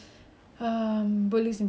well I was labelled as a boy